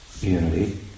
unity